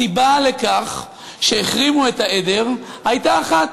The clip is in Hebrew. הסיבה לכך שהחרימו את העדר הייתה אחת,